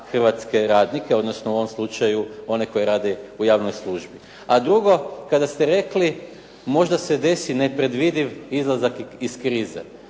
hrvatske radnike, odnosno u ovom slučaju one koji rade u javnoj službi. A drugo, kada ste rekli, možda se desi nepredvidiv izlazak iz krize.